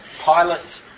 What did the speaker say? pilots